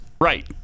right